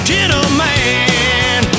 Gentleman